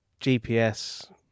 GPS